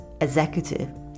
executive